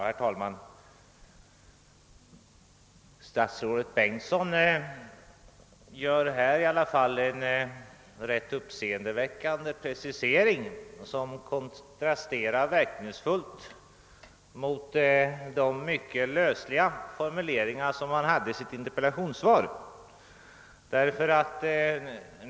Herr talman! Statsrådet Bengtsson gör en rätt uppseendeväckande precisering som kontrasterar verkningsfullt mot de mycket lösliga formuleringarna i interpellationssvaret.